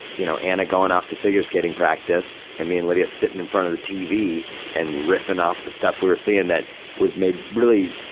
you know, anna going off to figure-skating practice, and me and lydia sitting in front of the tv and riffing off the stuff we were seeing that was made, really,